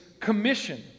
commission